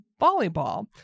volleyball